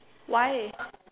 why